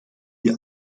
die